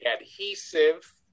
adhesive